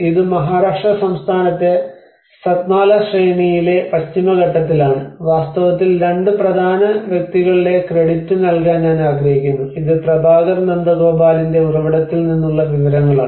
ഇത് മഹാരാഷ്ട്ര സംസ്ഥാനത്തെ സത്മാല ശ്രേണിയിലെ പശ്ചിമഘട്ടത്തിലാണ് വാസ്തവത്തിൽ രണ്ട് പ്രധാന വ്യക്തികളുടെ ക്രെഡിറ്റ് നൽകാൻ ഞാൻ ആഗ്രഹിക്കുന്നു ഇത് പ്രഭാകർ നന്ദഗോപാലിന്റെ ഉറവിടത്തിൽ നിന്നുള്ള വിവരങ്ങളാണ്